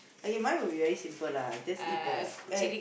okay mine would be very simple lah just eat the eh